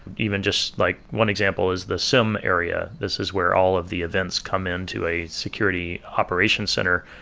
even just like one example is the sim area. this is where all of the events come in to a security operation center.